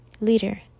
Leader